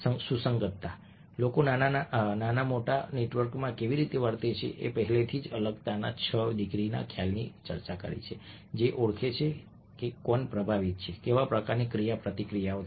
સુસંગતતા લોકો નાના અને મોટા નેટવર્કમાં કેવી રીતે વર્તે છે મેં પહેલાથી જ અલગતાના છ ડિગ્રીના ખ્યાલોની ચર્ચા કરી છે જે ઓળખે છે કે કોણ પ્રભાવિત છે કેવા પ્રકારની ક્રિયાપ્રતિક્રિયાઓ થાય છે